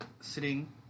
sitting